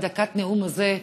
בדקת נאום הזה,